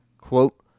Quote